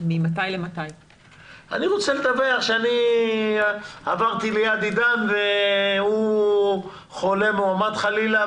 אני רוצה לדווח שעברתי על יד עידן והוא חולה מאומת כרגע.